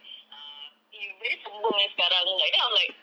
uh eh you very sombong eh sekarang like then I'm like